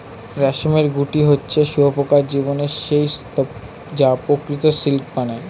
রেশমের গুটি হচ্ছে শুঁয়োপোকার জীবনের সেই স্তুপ যা প্রকৃত সিল্ক বানায়